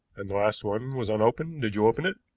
and the last one was unopened did you open it?